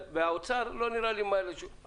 האוצר לא נראה לי רוצה.